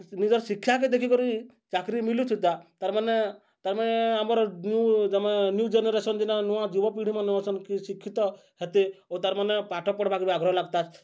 ନିଜର୍ ଶିକ୍ଷାକେ ଦେଖିକରି ଚାକିରି ମିଳୁଥିତା ତାର୍ମାନେ ତାର୍ମାନେ ଆମର ନ୍ୟୁ ତାର୍ମାନେ ନ୍ୟୁ ଜେନେରେସନ୍ ଯେନ୍ତା ନୂଆ ଯୁବପିଢ଼ିମାନେ ନେ ଶିକ୍ଷିତ ହେତେ ଓ ତାର୍ମାନେ ପାଠ ପଢ଼ବାକୁ ବି ଆଗ୍ରହ ଲାଗ୍ତା